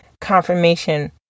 confirmation